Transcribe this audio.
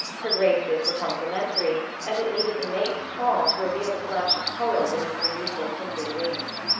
her graces were complementary and it needed the mate's call to reveal the flash of color beneath her neutral-tinted wings.